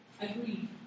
Agreed